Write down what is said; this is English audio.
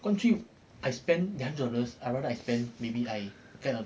根据 I spend that hundred dollars I rather I spend maybe I get a